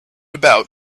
about